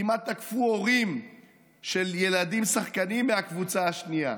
כמעט תקפו הורים של ילדים שחקנים מהקבוצה השנייה.